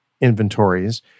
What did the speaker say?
inventories